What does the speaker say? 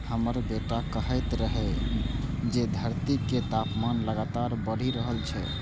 हमर बेटा कहैत रहै जे धरतीक तापमान लगातार बढ़ि रहल छै